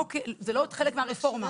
זה עוד לא חלק מהרפורמה.